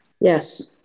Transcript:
Yes